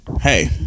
Hey